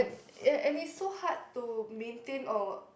and and it's so hard to maintain or